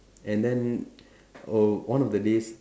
and then oh one of the days